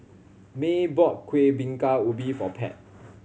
Maye bought Kuih Bingka Ubi for Pat